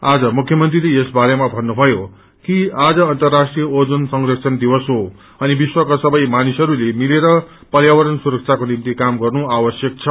आज मुख्य मंत्रीले यस बारेमा भन्नुश्नयो कि आज अर्न्तराष्ट्रिय ओजोन संरक्षण दिवस हो अनि विश्वका सबै मानिसहरूले मिलेर पर्यावरण सुरक्षाको निम्ति काम गर्नु आवश्यक छ